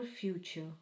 future